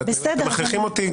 ואתם מכריחים אותי,